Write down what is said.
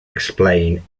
explain